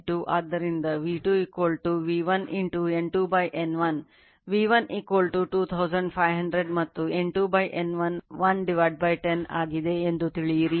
ಆದ್ದರಿಂದ V2 V1 N2 N1 V1 2500 ಮತ್ತು N2 N1 110 ಆಗಿದೆ ಎಂದು ತಿಳಿಯಿರಿ